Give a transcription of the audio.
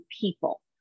people